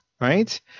right